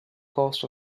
cost